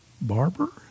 Barber